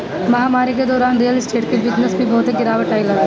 महामारी के दौरान रियल स्टेट के बिजनेस में बहुते गिरावट आइल हवे